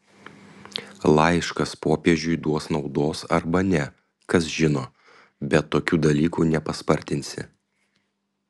laiškas popiežiui duos naudos arba ne kas žino bet tokių dalykų nepaspartinsi